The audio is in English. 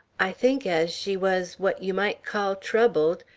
i think as she was what you might call troubled.